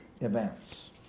events